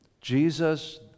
Jesus